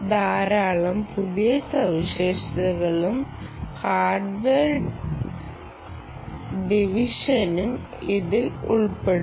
ധാരാളം പുതിയ സവിശേഷതകളും ഹാർഡ്വെയർ ഡിവിഷനും ഇതിൽ ഉൾപ്പെടുന്നു